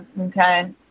okay